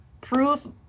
proof